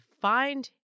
find